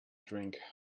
drink